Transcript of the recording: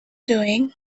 doing